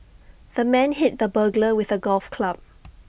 the man hit the burglar with A golf club